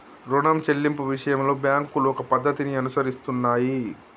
రుణం చెల్లింపు విషయంలో బ్యాంకులు ఒక పద్ధతిని అనుసరిస్తున్నాయి